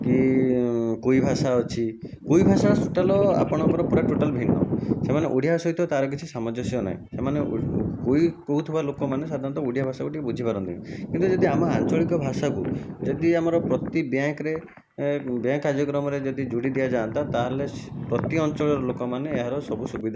କି କୁଇଭାଷା ଅଛି କୁଇଭାଷା ଟୋଟାଲ୍ ଆପଣଙ୍କର ପୁରା ଟୋଟାଲ୍ ଭିନ୍ନ ସେମାନେ ଓଡ଼ିଆ ସହିତ ତା'ର କିଛି ସାମଞ୍ଜସ୍ୟ ନାହିଁ ସେମାନେ କୁଇ କହୁଥିବା ଲୋକମାନେ ସାଧାରଣତଃ ଓଡ଼ିଆ ଭାଷାକୁ ଟିକିଏ ବୁଝିପାରନ୍ତିନି କିନ୍ତୁ ଯଦି ଆମ ଆଞ୍ଚଳିକ ଭାଷାକୁ ଯଦି ଆମର ପ୍ରତି ବ୍ୟାଙ୍କରେ ଏଁ ବ୍ୟାଙ୍କ କାର୍ଯ୍ୟକ୍ରମରେ ଯଦି ଯୋଡ଼ି ଦିଆଯାଆନ୍ତା ତା'ହେଲେ ସି ପ୍ରତି ଅଞ୍ଚଳର ଲୋକମାନେ ଏହାର ସବୁ ସୁବିଧା